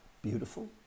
beautiful